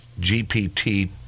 GPT